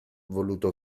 voluto